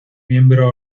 miembro